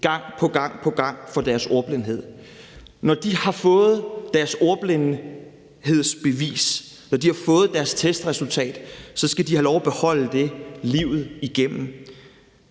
gang på gang på gang for deres ordblindhed. Når de har fået deres ordblindhedsbevis, når de har fået deres testresultat, skal de have lov at beholde det livet igennem.